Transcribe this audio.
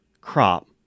crop